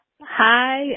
Hi